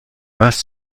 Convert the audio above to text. was